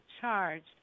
charged